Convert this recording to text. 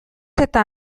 eta